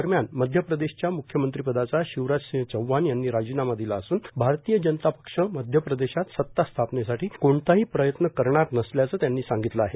दरम्यान मध्यप्रदेशच्या मुख्यमंत्रिपदाचा शिवराजसिंह चौहान यांनी राजीनामा दिला असून भारतीय जनता पक्ष मध्यप्रदेशात सत्ता स्थापनेसाठी कोणताही प्रयत्न करणार नसल्याचं त्यांनी सांगितलं आहे